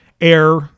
air